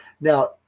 Now